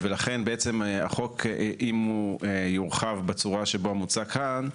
לכן אם החוק יורחב בצורה שמוצע כאן,